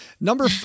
Number